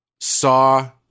saw